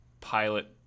pilot